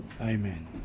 Amen